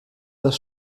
das